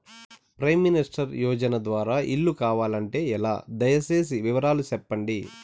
Prime minister యోజన ద్వారా ఇల్లు కావాలంటే ఎలా? దయ సేసి వివరాలు సెప్పండి?